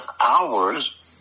hours